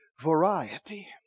variety